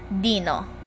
Dino